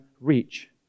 reach